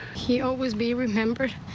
he always be remembered.